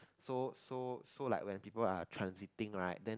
so so so like when people are transiting right then